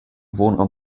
wohnraum